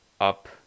up